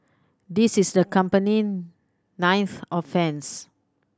this is the company ninth offence